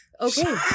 Okay